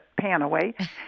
Panaway